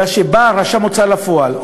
ואז כשבא רשם הוצאה לפועל,